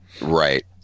Right